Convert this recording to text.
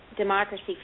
democracy